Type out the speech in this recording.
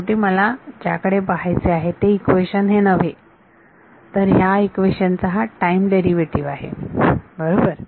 शेवटी मला ज्या कडे बघायचे आहे ते हे इक्वेशन नव्हे तर ह्या इक्वेशन चा टाईम डेरिव्हेटिव्ह आहे बरोबर